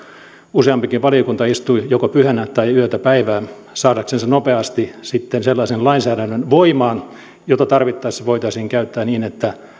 useampikin valiokunta istui joko pyhänä tai yötä päivää saadakseen nopeasti sellaisen lainsäädännön voimaan jota tarvittaessa voitaisiin käyttää niin että